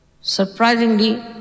Surprisingly